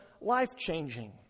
life-changing